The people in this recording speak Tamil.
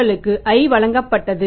உங்களுக்கு i வழங்கப்பட்டுள்ளது